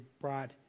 brought